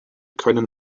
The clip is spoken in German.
können